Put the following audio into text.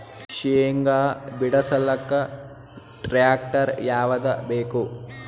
ಶೇಂಗಾ ಬಿಡಸಲಕ್ಕ ಟ್ಟ್ರ್ಯಾಕ್ಟರ್ ಯಾವದ ಬೇಕು?